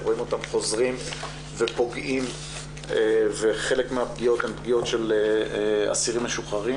רואים אותם חוזרים ופוגעים וחלק מהפגיעות הן של אסירים משוחררים,